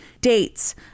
dates